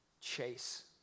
chase